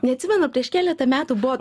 neatsimenu prieš keletą metų buvo